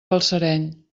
balsareny